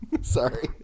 Sorry